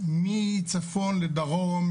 מצפון לדרום,